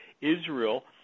Israel –